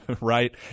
right